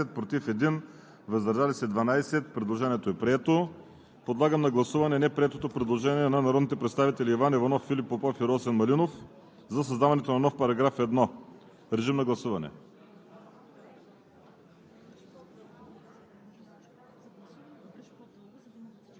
на Закона. Гласували 127 народни представители: за 114, против 1, въздържали се 12. Предложението е прието. Подлагам на гласуване неприетото предложение на народните представители Иван Иванов, Филип Попов и Росен Малинов за създаването на нов § 1. Гласували